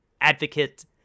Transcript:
Advocate